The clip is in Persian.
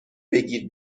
بگیر